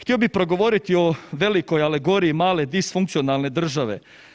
Htio bi progovoriti o velikoj alegoriji male disfunkcionalne države.